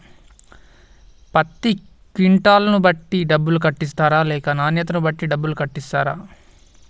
పత్తి క్వింటాల్ ను బట్టి డబ్బులు కట్టిస్తరా లేక నాణ్యతను బట్టి డబ్బులు కట్టిస్తారా?